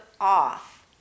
off